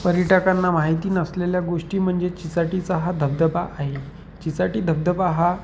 पर्यटकांना माहिती नसलेल्या गोष्टी म्हणजे चिचाटीचा हा धबधबा आहे चिचाटी धबधबा हा